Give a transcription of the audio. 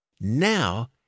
Now